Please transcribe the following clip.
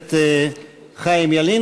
הכנסת חיים ילין.